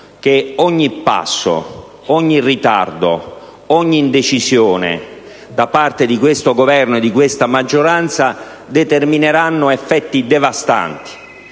che ogni passo, ogni ritardo ed ogni indecisione da parte di questo Governo e di questa maggioranza determineranno effetti devastanti,